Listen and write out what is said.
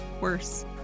worse